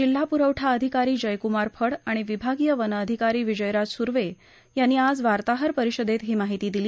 जिल्हा पुरवठा अधिकारी जयकुमार फड आणि विभागीय वन अधिकारी विजयराज सुर्वे यांनी आज वार्ताहर परिषदेत ही माहिती दिली